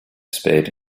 spade